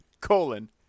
Colon